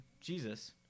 Jesus